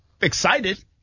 Excited